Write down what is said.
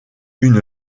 une